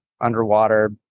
underwater